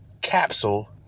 Capsule